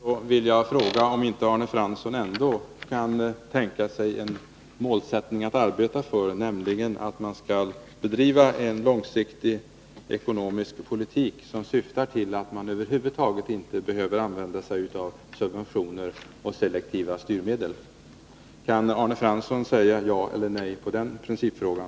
Fru talman! Med anledning av Arne Franssons kommentar vill jag fråga om Arne Fransson ändå inte kan tänka sig att arbeta för målsättningen att bedriva en långsiktig ekonomisk politik som syftar till att man över huvud taget inte behöver använda sig av subventioner och selektiva styrmedel. Kan Arne Fransson svara ja eller nej på den principfrågan?